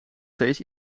steeds